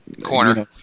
Corner